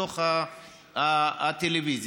בתוך הטלוויזיה.